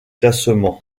classement